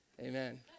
Amen